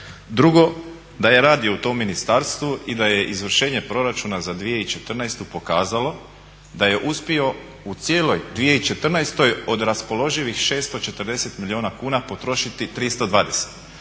Drugo, da je radio u tom ministarstvu i da je izvršenje proračuna za 2014.pokazalo da je uspio u cijeloj 2014.od raspoloživih 640 milijuna kuna potrošiti 320.